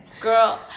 Girl